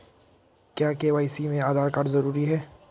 क्या के.वाई.सी में आधार कार्ड जरूरी है?